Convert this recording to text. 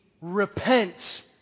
repent